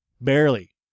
barely